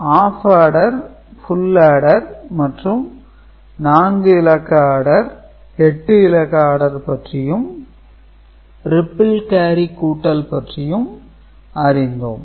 நாம் half adder full adder மற்றும் 4 இலக்க ஆடர் 8 இலக்க ஆடர் பற்றியும் ரிப்பல்ஸ் கேரி கூட்டல் பற்றியும் அறிந்தோம்